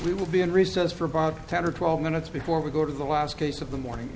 we will be in recess for about ten or twelve minutes before we go to the last case of the morning